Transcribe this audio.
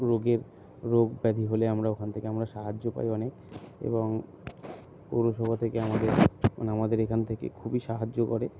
রোগের রোগ ব্যাধি হলে আমরা ওখান থেকে আমরা সাহায্য পাই অনেক এবং পৌরসভা থেকে আমাদের মানে আমাদের এখান থেকে খুবই সাহায্য করে